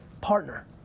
partner